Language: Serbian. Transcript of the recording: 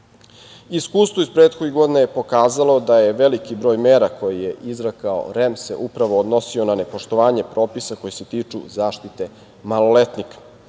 društvu. Iskustvo iz prethodnih godina je pokazalo da se veliki broj mera koje je izrekao REM upravo odnosio na nepoštovanje propisa koji se tiču zaštite maloletnika.